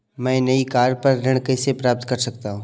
मैं नई कार पर ऋण कैसे प्राप्त कर सकता हूँ?